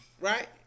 Right